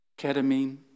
ketamine